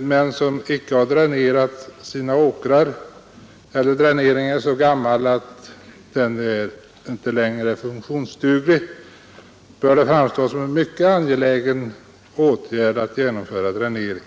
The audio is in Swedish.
men som icke har dränerat sina åkrar eller där dräneringen är så gammal att den icke längre är funktionsduglig bör det framstå som en mycket angelägen åtgärd att genomföra dränering.